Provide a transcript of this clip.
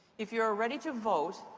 if you are ready to vote,